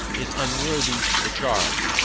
is unworthy the charge,